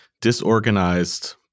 disorganized